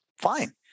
Fine